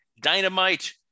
dynamite